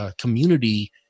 community